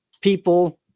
people